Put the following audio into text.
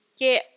que